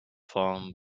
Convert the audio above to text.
formed